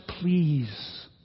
please